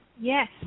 Yes